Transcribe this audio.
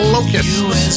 Locusts